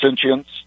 sentience